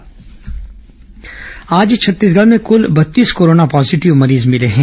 corona मरीज आज छत्तीसगढ़ में कुल बत्तीस कोरोना पॉजीटिव मरीज मिले हैं